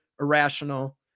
irrational